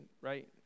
right